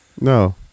No